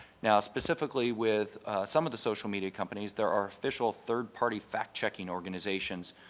now, specifically with some of the social media companies, there are official third party fact checking organizations,